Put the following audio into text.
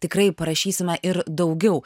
tikrai parašysime ir daugiau